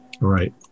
right